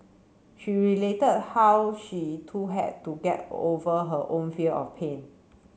she related how she too had to get over her own fear of pain